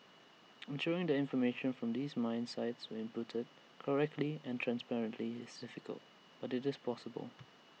ensuring that information from these mine sites were inputted correctly and transparently is difficult but IT is possible